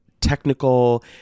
technical